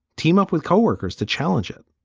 team up with co-workers to challenge it.